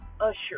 usher